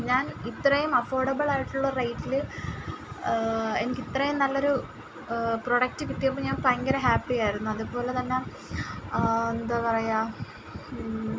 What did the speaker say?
ഞാൻ ഇത്രയും അഫൊർഡബിൾ ആയിട്ടുള്ള റേറ്റിൽ എനിക്ക് ഇത്രയും നല്ലൊരു പ്രൊഡക്റ്റ് കിട്ടിയപ്പോൾ ഞാൻ ഭയങ്കര ഹാപ്പി ആയിരുന്നു അതുപോലെ തന്നെ എന്താണ് പറയുക